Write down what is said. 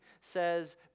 says